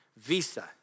Visa